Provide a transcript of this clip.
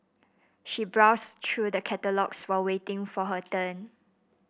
she browsed through the catalogues while waiting for her turn